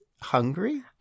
Hungry